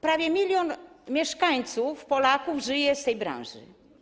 Prawie 1 mln mieszkańców, Polaków, żyje z tej branży.